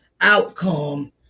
outcome